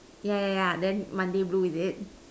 yeah yeah yeah then Monday blue is it